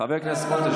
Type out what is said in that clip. --- חבר הכנסת סמוטריץ',